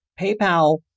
PayPal